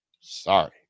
Sorry